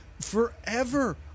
forever